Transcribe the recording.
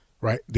Right